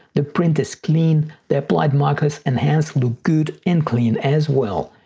the print is clean the applied markers and hands look good and clean as well.